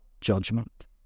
judgment